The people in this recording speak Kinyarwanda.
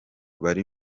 bari